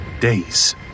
days